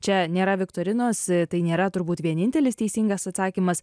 čia nėra viktorinos tai nėra turbūt vienintelis teisingas atsakymas